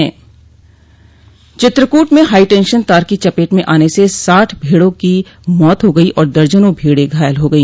चित्रकूट में हाईटेंशन तार की चपेट में आने से साठ भेड़ों की मौत हो गई और दर्जनों भेड़े घायल हो गई